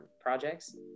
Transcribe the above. projects